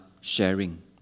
sharing